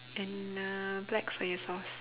and uh black soya sauce